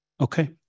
Okay